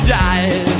died